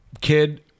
kid